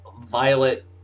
Violet